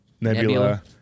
Nebula